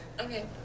Okay